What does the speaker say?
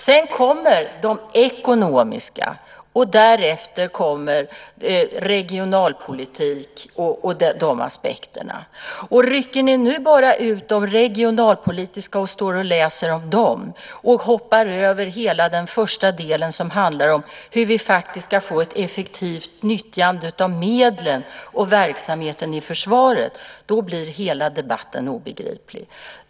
Sedan kommer de ekonomiska och därefter regionalpolitiken och de aspekterna. Rycker ni nu ut bara det regionalpolitiska och läser om det och hoppar över hela den första delen, som handlar om hur vi faktiskt ska få ett effektivt nyttjande av medlen och verksamheten i försvaret, blir hela debatten obegriplig.